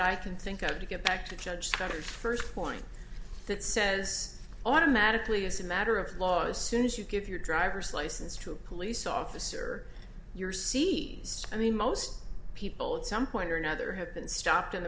i can think of to get back to judge the first line that says automatically it's a matter of law as soon as you give your driver's license to a police officer you're see i mean most people at some point or another have been stopped in the